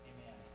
Amen